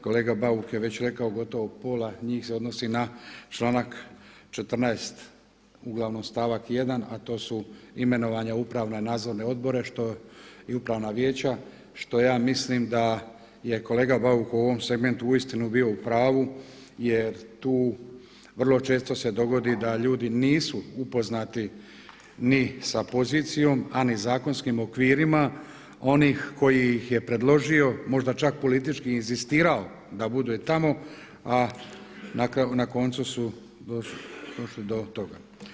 Kolega Bauk je već rekao gotovo pola njih se odnosi na članak 14. uglavnom stavak 1., a to su imenovanja upravna, nadzorne odbore i upravna vijeća što ja mislim da je kolega Bauk u ovom segmentu uistinu bio u pravu jer tu vrlo često se dogodi da ljudi nisu upoznati ni sa pozicijom, a ni zakonskim okvirima onih koji ih je predložio možda čak politički inzistirao da bude tamo, a na koncu su došli do toga.